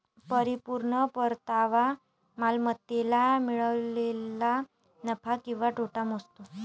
परिपूर्ण परतावा मालमत्तेला मिळालेला नफा किंवा तोटा मोजतो